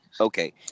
Okay